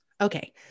Okay